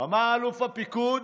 אמר אלוף הפיקוד: